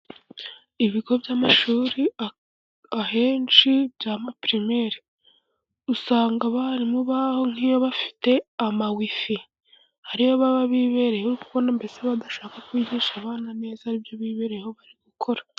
Ibigo by'amashuri ahenshi bya pirimeri, usanga abarimu baho nk'iyo bafite ama wifi ari yo baba bibereyeho kuko mbese badashaka kubigisha abana neza ari ibyo bibereyeho bari gukora.